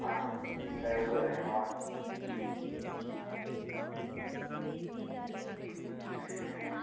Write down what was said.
आं लेई देगा तुसें ई फोन